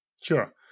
Sure